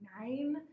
nine